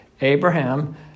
Abraham